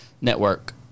network